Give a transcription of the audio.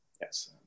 yes